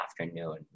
afternoon